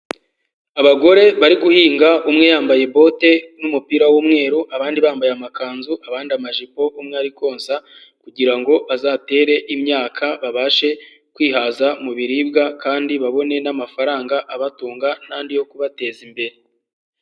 Abagore bari guhinga umwe yambaye bote n'umupira w'umweru, abandi bambaye amakanzu abandi amajipo umwe ari konsa kugira ngo bazatere imyaka babashe kwihaza mu biribwa kandi babone n'amafaranga abatunga n'andi yo kubateza imbere.